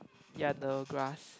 ya the grass